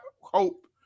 hope